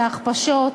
בהכפשות,